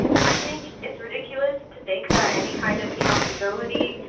i think it's ridiculous to think that any kind of accountability